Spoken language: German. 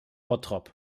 bottrop